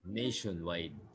nationwide